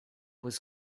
was